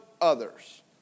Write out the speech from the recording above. others